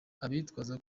abitwaza